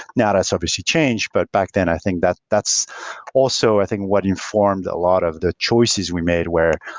now, that's obviously changed, but back then i think that's that's also i think what informed a lot of the choices we made where,